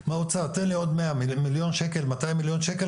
הוועדה לענייני פיתוח היישובים הדרוזים והצ'רקסים.